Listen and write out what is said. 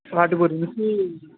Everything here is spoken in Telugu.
వాటి గురుంచి